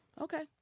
okay